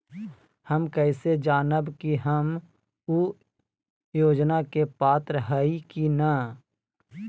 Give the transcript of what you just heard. हम कैसे जानब की हम ऊ योजना के पात्र हई की न?